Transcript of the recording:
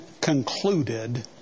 concluded